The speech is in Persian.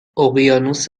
اقیانوس